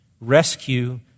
rescue